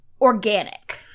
organic